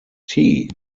tea